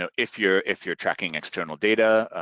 ah if you're if you're tracking external data,